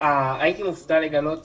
הייתי מופתע לגלות